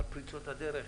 על פריצות הדרך.